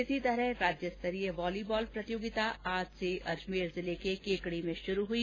इसी तरह राज्यस्तरीय वॉलीबॉल प्रतियोगिता आज से अजमेर जिले के केकड़ी में शुरु हुई